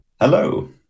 Hello